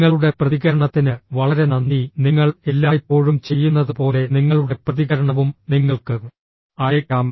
നിങ്ങളുടെ പ്രതികരണത്തിന് വളരെ നന്ദി നിങ്ങൾ എല്ലായ്പ്പോഴും ചെയ്യുന്നതുപോലെ നിങ്ങളുടെ പ്രതികരണവും നിങ്ങൾക്ക് അയയ്ക്കാം